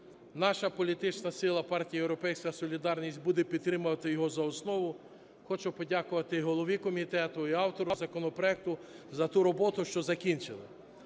Наша політична сила партії "Європейська солідарність" буде підтримувати його за основу. Хочу подякувати і голові комітету, і автору законопроекту за ту роботу, що закінчили.